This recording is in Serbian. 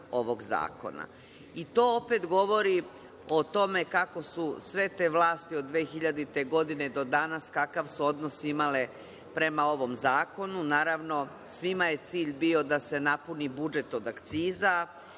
ovog zakona. To opet govori o tome kako su sve te vlasti od 2000. godine do danas kakav su odnos imale prema ovom zakonu. Naravno, svima je cilj bio da se napuni budžet od akciza